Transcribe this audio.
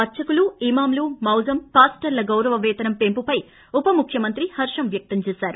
అర్పకులుఇమామ్ మౌజంపాస్టర్ల గౌరవ పేతనం పెంపుపై ఉప ముఖ్యమంత్రి హర్షం వ్యక్తం చేశారు